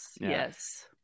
Yes